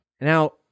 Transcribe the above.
Now